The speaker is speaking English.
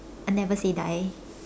I never say die